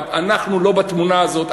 אנחנו לא בתמונה הזאת.